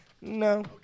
no